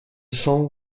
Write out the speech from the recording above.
song